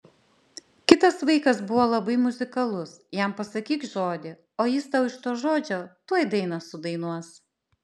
kitas vaikas buvo labai muzikalus jam pasakyk žodį o jis tau iš to žodžio tuoj dainą sudainuos